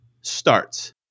starts